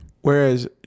Whereas